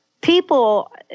People